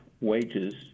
wages